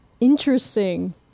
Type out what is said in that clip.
Interesting